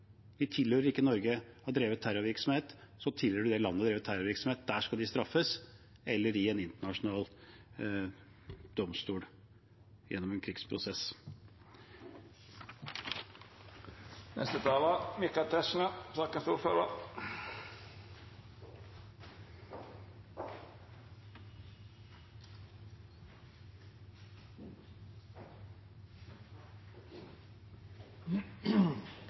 tilhører ikke Norge. Når de har drevet terrorvirksomhet, tilhører de det landet de har drevet terrorvirksomhet i. De skal straffes der eller i en internasjonal domstol gjennom en